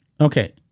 Okay